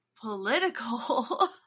political